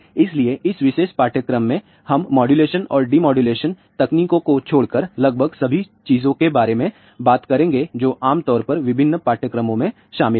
इसलिए इस विशेष पाठ्यक्रम में हम मॉड्यूलेशन और डिमॉड्यूलेशन तकनीकों को छोड़कर लगभग सभी चीजों के बारे में बात करेंगे जो आम तौर पर विभिन्न पाठ्यक्रमों में शामिल हैं